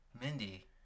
Mindy